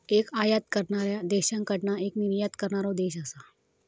एक आयात करणाऱ्या देशाकडना एक निर्यात करणारो देश असा